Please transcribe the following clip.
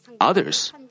others